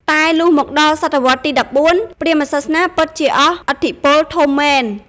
តែលុះមកដល់សតវត្សរ៍ទី ១៤ ព្រាហ្មណ៍សាសនាពិតជាអស់ឥទ្ធិពលធំមែន។